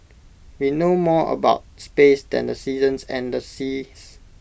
we know more about space than the seasons and the seas